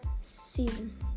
season